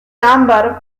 ámbar